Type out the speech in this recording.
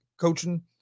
coaching